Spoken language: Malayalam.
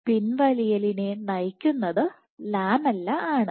പിൻവലിയലിനെ നയിക്കുന്നത് ലാമെല്ല ആണ്